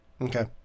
Okay